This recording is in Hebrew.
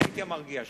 אני הייתי המרגיע שלו.